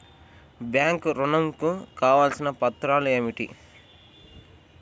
Bank ఋణం కు కావలసిన పత్రాలు ఏమిటి?